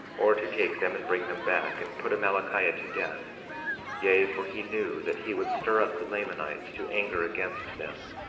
or to take them and bring them back, and put amalickiah to death yea, for he knew that he would stir up the lamanites to anger against them,